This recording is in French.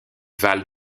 val